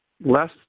less